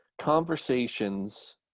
conversations